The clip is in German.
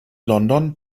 london